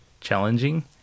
challenging